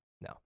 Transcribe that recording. No